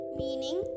meaning